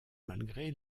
malgré